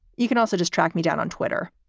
you can also just track me down on twitter.